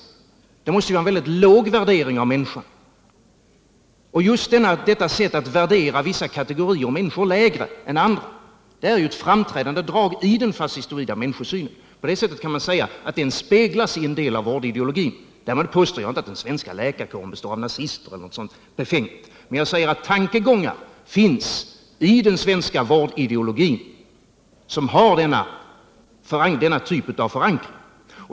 Det måste vara en mycket låg värdering av människan. Just detta sätt att värdera vissa kategorier av människor lägre än andra är ett framträdande drag i den fascistoida människosynen. På det sättet kan man säga att den speglas i en del av vårdideologin. Därmed påstår jag inte att den svenska läkarkåren består av nazister eller något sådant befängt, men jag säger att tankegångar finns i den svenska vårdideologin som har denna typ av förankring.